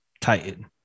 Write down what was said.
Titan